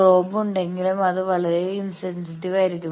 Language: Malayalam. പ്രോബ് ഉണ്ടെങ്കിലും അത് വളരെ ഇൻസെൻസിറ്റീവ് ആയിരിക്കും